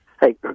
Hey